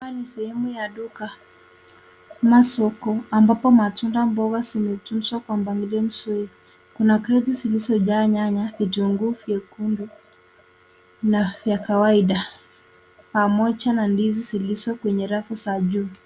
Hapa ni sehemu ya duka ama soko ambapo matunda na mboga zimetunzwa kwa mpangilio mzuri. Kuna kreti zilizojaa nyanya, vitunguu vyekundu na ya kawaida pamoja na ndizi zilizo kwenye rafu za juu.